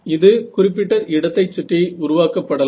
இது குறிப்பிட்ட இடத்தைச் சுற்றி உருவாக்கப்படலாம்